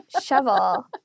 shovel